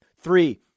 Three